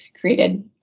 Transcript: created